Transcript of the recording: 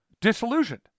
disillusioned